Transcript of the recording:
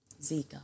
Zika